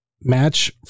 match